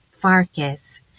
Farkas